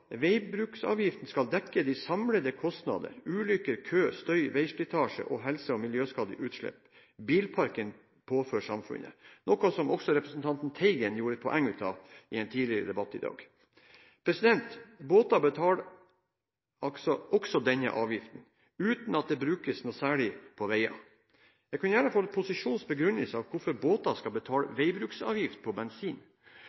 skal dekke de samlede eksterne kostnader bilparken påfører samfunnet.» Dette var noe som representanten Teigen gjorde et poeng av i en tidligere debatt i dag. For båter betales også denne avgiften uten at den brukes noe særlig på vei. Jeg kunne gjerne fått posisjonens begrunnelse for hvorfor båteiere skal